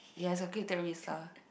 yea it's okay Terisa